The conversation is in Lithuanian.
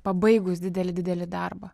pabaigus didelį didelį darbą